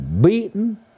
beaten